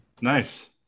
nice